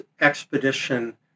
expedition